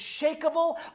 unshakable